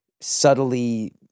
subtly